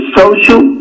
social